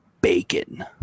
bacon